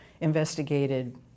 investigated